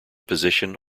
position